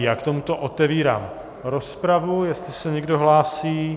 Já k tomuto otevírám rozpravu, jestli se někdo hlásí.